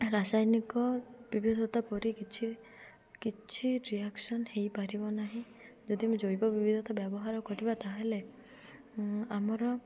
ରାସାୟନିକ ବିବିଧତା ପରି କିଛି କିଛି ରିଏକ୍ସନ୍ ହେଇପାରିବ ନାହିଁ ଯଦି ଆମେ ଜୈବ ବିବିଧତା ବ୍ୟବହାର କରିବା ତାହେଲେ ଆମର